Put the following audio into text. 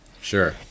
Sure